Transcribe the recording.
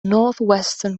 northwestern